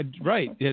right